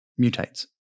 mutates